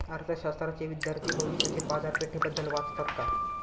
अर्थशास्त्राचे विद्यार्थी भविष्यातील बाजारपेठेबद्दल वाचतात का?